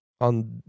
on